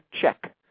check